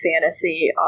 fantasy